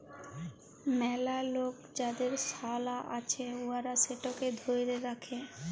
ম্যালা লক যাদের সলা আছে উয়ারা সেটকে ধ্যইরে রাখে